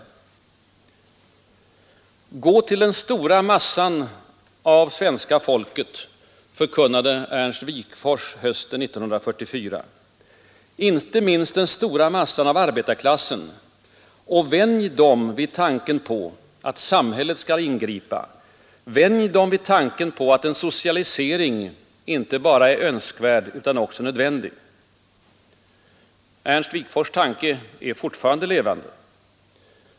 ”Gå till den stora massan av svenska folket” — förkunnade Ernst Wigforss hösten 1944 — ”inte minst den stora massan av arbetarklassen och vänj dem vid tanken på att samhället skall ingripa och vänj dem vid tanken att en socialisering inte bara är önskvärd utan också nödvändig.” Ernst Wigforss” tanke är fortfarande levande.